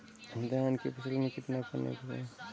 धान की फसल में कितना पानी भरें?